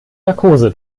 narkose